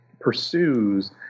pursues